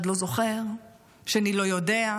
אחד לא זוכר, שני לא יודע,